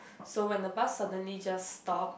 so when the bus suddenly just stop